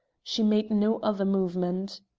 she made no other movement.